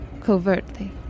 covertly